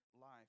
life